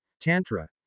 Tantra